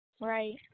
Right